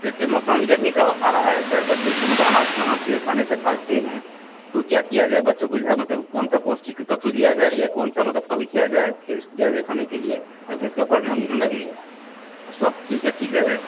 जैसे मौसम अभी गर्मी का आ रहा है सर बच्चे के मतलब अनाज खाना से खाने से भागते हैं तो क्या किया जाए बच्चों को जो है मतलब कौन सा पौष्टिक तत्व दिया जाए या कौन सा मतलब फल खिलाया जाए कि उसको दिया जाए खाने के लिए ताकि उसका पढ़ने में मन लगे और स्वास्थ्य भी उसका ठीक रहे